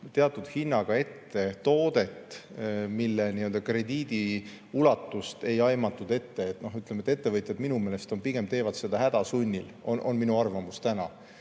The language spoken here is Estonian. teatud hinnaga ette toodet, mille nii-öelda krediidi ulatust ei aimatud ette. Ettevõtjad minu meelest pigem teevad seda häda sunnil. See on minu arvamus täna.